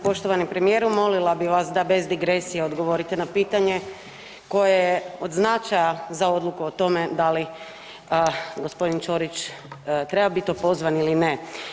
Poštovani premijeru molila bih vas da bez digresija odgovorite na pitanje koje je od značaja za odluku o tome da li gospodin Ćorić treba biti opozvan ili ne.